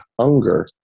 hunger